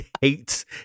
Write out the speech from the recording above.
hates